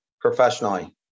professionally